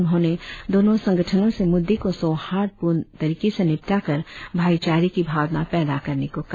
उन्होंने दोनों संगठनों से मुद्दे को सौहार्दपूर्ण तरिके से निपटाकर भाईचारे की भावना पैदा करने को कहा